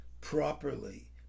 properly